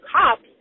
cops